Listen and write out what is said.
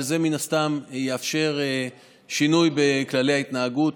שזה מן הסתם יאפשר שינוי בכללי ההתנהגות.